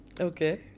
Okay